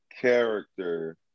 Character